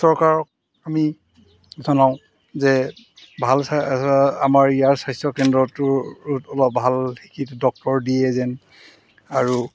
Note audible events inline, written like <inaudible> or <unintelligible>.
চৰকাৰক আমি জনাওঁ যে ভাল <unintelligible> আমাৰ ইয়াৰ স্বাস্থ্যকেন্দ্ৰটোত অলপ ভাল শিকি ডক্টৰ দিয়ে যেন আৰু